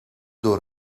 door